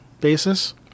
basis